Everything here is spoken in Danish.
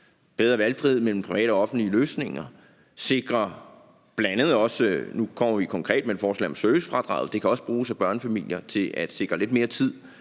bedre valgfrihed mellem private og offentlige løsninger sikre det? Nu kommer vi bl.a. konkret med et forslag om servicefradraget. Det kan også bruges af børnefamilier til at sikre lidt mere tid